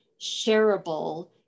shareable